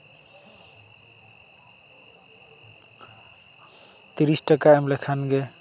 ᱛᱤᱨᱤᱥ ᱴᱟᱠᱟ ᱮᱢ ᱞᱮᱠᱷᱟᱱ ᱜᱮ